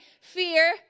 Fear